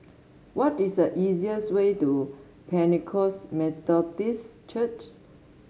what is the easiest way to Pentecost Methodist Church